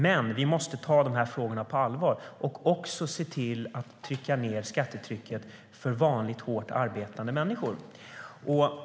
Men vi måste ta de här frågorna på allvar och se till att pressa ned skattetrycket även för vanliga, hårt arbetande människor.